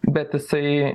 bet jisai